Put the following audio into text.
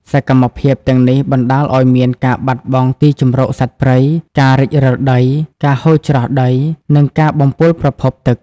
សកម្មភាពទាំងនេះបណ្តាលឱ្យមានការបាត់បង់ទីជម្រកសត្វព្រៃ ការរិចរឹលដី ការហូរច្រោះដី និងការបំពុលប្រភពទឹក។